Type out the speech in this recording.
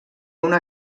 una